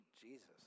Jesus